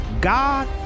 God